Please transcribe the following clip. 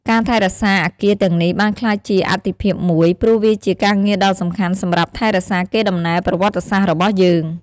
ការថែរក្សាអគារទាំងនេះបានក្លាយជាអាទិភាពមួយ ព្រោះវាជាការងារដ៏សំខាន់សម្រាប់ថែរក្សាកេរដំណែលប្រវត្តិសាស្ត្ររបស់យើង។